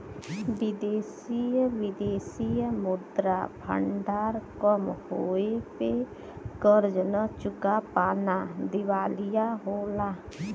विदेशी विदेशी मुद्रा भंडार कम होये पे कर्ज न चुका पाना दिवालिया होला